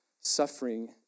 Suffering